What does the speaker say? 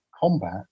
combat